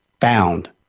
found